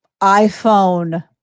iPhone